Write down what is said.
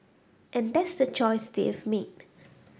and that's the choice they've made